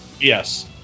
yes